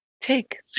Take